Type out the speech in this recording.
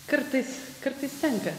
kartais kartais tenka